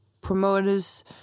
promoters